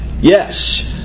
Yes